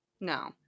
No